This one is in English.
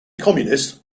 communist